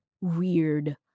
weird